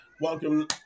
Welcome